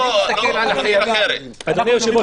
אדוני היושב-ראש,